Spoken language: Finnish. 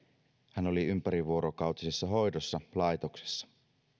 hän oli ympärivuorokautisessa hoidossa laitoksessa